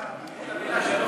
אין המילה שלום.